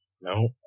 no